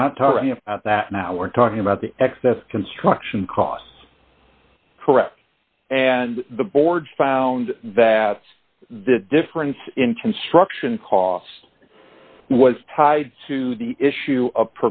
we're not talking about that now we're talking about the excess construction costs correct and the board found that the difference in construction costs was tied to the issue of